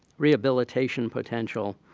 rehabilitation potential,